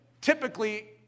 typically